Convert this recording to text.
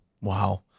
Wow